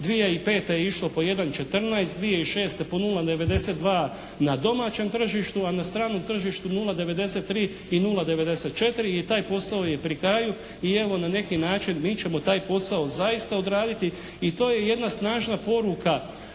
2005. je išlo po 1,14, 2006. po 0,92 na domaćem tržištu, a na stranom tržištu 0,93 i 0,94. I taj posao je pri kraju. I evo na neki način mi ćemo taj posao zaista odraditi. I to je jedna snažna poruka